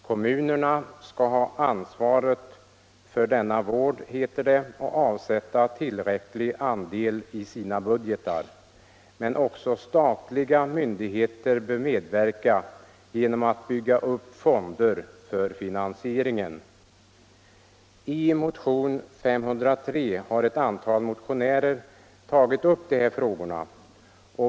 Kommunerna skall ha ansvaret för denna vård, heter det, och avsätta tillräcklig andel i sina budgetar. Men också statliga myndigheter bör medverka genom att bygga upp fonder. I motion 503 har ett antal motionärer tagit upp de här frågorna.